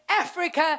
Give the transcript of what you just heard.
Africa